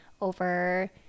over